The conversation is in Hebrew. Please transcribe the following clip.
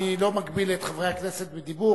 אני לא מגביל את חברי הכנסת בדיבור,